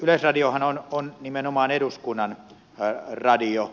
yleisradiohan on nimenomaan eduskunnan radio